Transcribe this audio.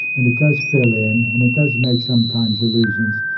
and it does fill in and it does make sometimes illusions.